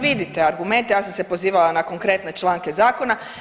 Vidite argumente, ja sam se pozivala na konkretne članke zakona.